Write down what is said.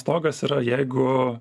stogas yra jeigu